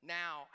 now